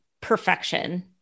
perfection